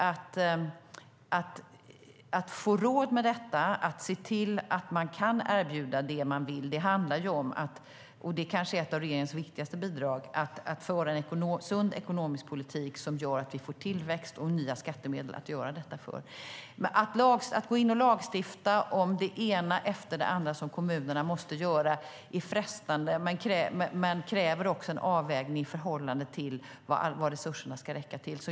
Att få råd med detta, att se till att man kan erbjuda det man vill, handlar om att - och det är kanske ett av regeringens viktigaste bidrag - föra en sund ekonomisk politik som gör att vi får tillväxt och nya skattemedel att göra detta för. Att gå in och lagstifta om det ena efter det andra som kommunerna måste göra är frestande men kräver också en avvägning i förhållande till vad resurserna ska räcka till.